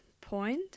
point